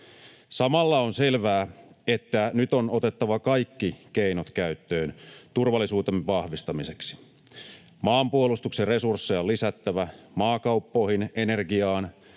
Samalla on selvää, että nyt on otettava kaikki keinot käyttöön turvallisuutemme vahvistamiseksi. Maanpuolustuksen resursseja on lisättävä. Maakauppoihin, energiaan,